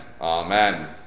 Amen